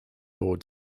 board